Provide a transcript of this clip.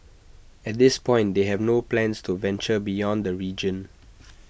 at this point they have no plans to venture beyond the region